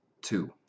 two